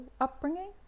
upbringing